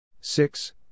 six